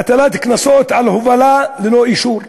הטלת קנסות על הובלה ללא אישור.